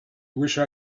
wished